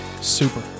super